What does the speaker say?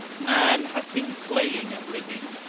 man has been playing at living,